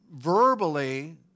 verbally